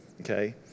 Okay